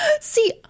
See